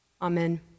Amen